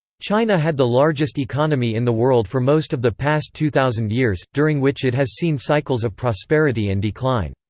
china had the largest economy in the world for most of the past two thousand years, during which it has seen cycles of prosperity and decline.